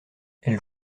elle